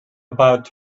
about